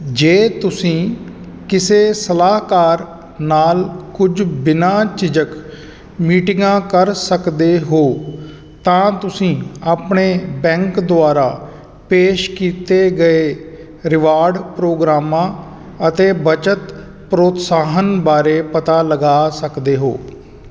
ਜੇ ਤੁਸੀਂ ਕਿਸੇ ਸਲਾਹਕਾਰ ਨਾਲ ਕੁਝ ਬਿਨਾਂ ਝਿਜਕ ਮੀਟਿੰਗਾਂ ਕਰ ਸਕਦੇ ਹੋ ਤਾਂ ਤੁਸੀਂ ਆਪਣੇ ਬੈਂਕ ਦੁਆਰਾ ਪੇਸ਼ ਕੀਤੇ ਗਏ ਰਿਵਾਰਡ ਪ੍ਰੋਗਰਾਮਾਂ ਅਤੇ ਬੱਚਤ ਪ੍ਰੋਤਸਾਹਨ ਬਾਰੇ ਪਤਾ ਲਗਾ ਸਕਦੇ ਹੋ